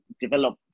develop